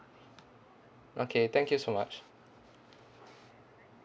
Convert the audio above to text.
okay thank you so much